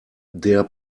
der